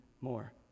more